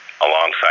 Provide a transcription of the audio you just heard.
alongside